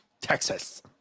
texas